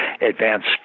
advanced